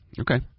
Okay